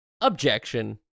Objection